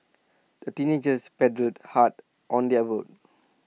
the teenagers paddled hard on their boat